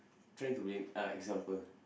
trying to be uh example